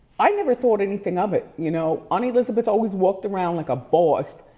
i never thought anything of it, you know. aunt elizabeth always walked around like a boss.